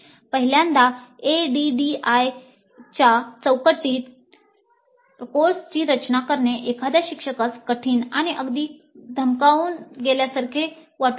पहिल्यांदा ADDIE च्या चौकटीत कोर्सची रचना करणे एखाद्या शिक्षकास कठीण आणि अगदी धमकावल्यासारखे वाटू शकते